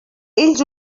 ells